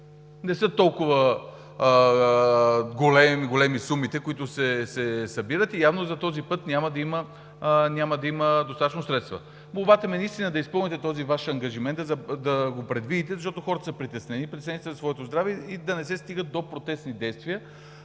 не са толкова големи, които се събират, и явно за този път няма да има достатъчно средства. Молбата ми е наистина да изпълните този Ваш ангажимент, да го предвидите, защото хората са притеснени – притеснени са за своето здраве, и за да не се стига до протестни действия